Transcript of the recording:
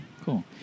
cool